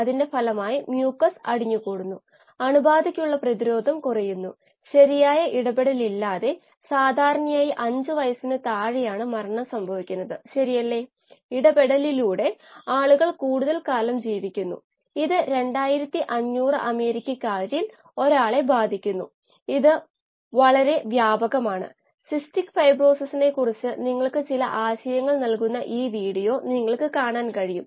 ഇവിടെ നമ്മൾ മില്ലിവോൾട്ടുകൾ സ്വയം നോക്കും അവിടെ അലിഞ്ഞു ചേർന്ന ഓക്സിജന്റെ നേരിട്ടുള്ള സൂചകങ്ങൾ മിനിമം ആയിരിക്കും